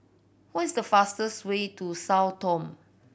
what is the fastest way to Sao Tome